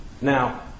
Now